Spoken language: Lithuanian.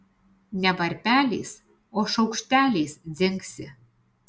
ne varpeliais o šaukšteliais dzingsi